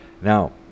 Now